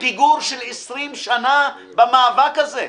בפיגור של 20 שנה במאבק הזה.